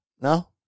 no